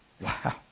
Wow